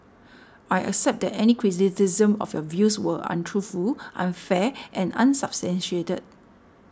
I accept that any criticism of your views were untruthful unfair and unsubstantiated